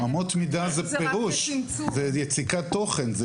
אמות מידה זה פירוש ויציקת תוכן.